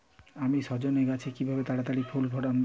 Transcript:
আমি সজনে গাছে কিভাবে তাড়াতাড়ি ফুল আনব?